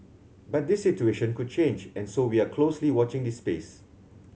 but this situation could change and so we are closely watching this space